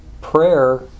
Prayer